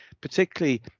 particularly